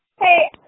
hey